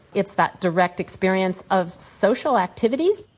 it's that direct experience of social activities,